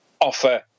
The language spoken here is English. offer